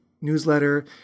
newsletter